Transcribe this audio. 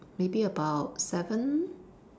maybe about seven